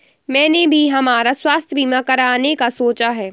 मैंने भी हमारा स्वास्थ्य बीमा कराने का सोचा है